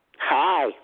Hi